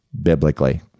biblically